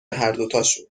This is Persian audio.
هردوتاشون